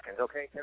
okay